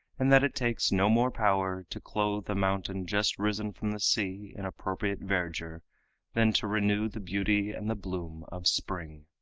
and that it takes no more power to clothe a mountain just risen from the sea in appropriate verdure than to renew the beauty and the bloom of spring.